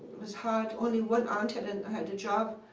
was hard. only one aunt had aunt had a job